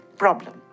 problem